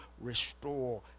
restore